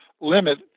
limit